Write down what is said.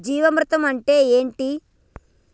జీవామృతం అంటే ఏంటి?